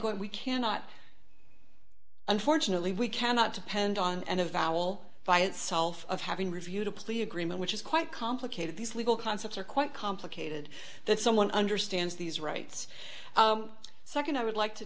we cannot unfortunately we cannot depend on an avowal by itself of having reviewed a plea agreement which is quite complicated these legal concepts are quite complicated that someone understands these rights second i would like to